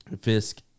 Fisk